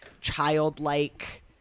childlike